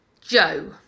Joe